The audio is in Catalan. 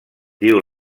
diu